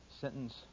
sentence